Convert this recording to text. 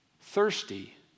thirsty